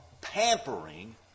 pampering